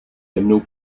temnou